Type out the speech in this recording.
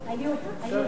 קרא, שלוש דקות.